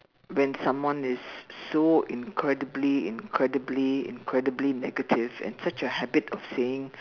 when someone is so incredibly incredibly incredibly negative and such a habit of saying